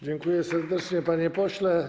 Dziękuję serdecznie, panie pośle.